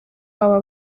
aba